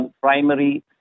primary